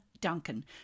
Duncan